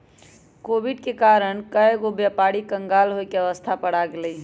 Covid के कारण कएगो व्यापारी क़ँगाल होये के अवस्था पर आ गेल हइ